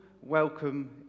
welcome